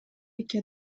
эки